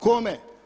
Kome?